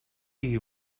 you